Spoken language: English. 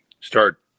start